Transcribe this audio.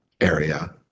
area